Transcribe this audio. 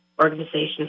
organization